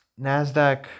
nasdaq